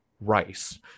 rice